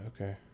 Okay